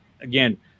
again